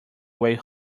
way